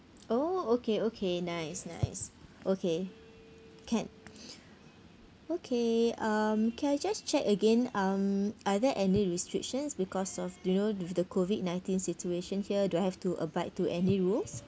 oh okay okay nice nice okay can okay um can I just check again um are there any restrictions because of you know with the COVID ninteen situation here do I have to abide to any rules